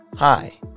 Hi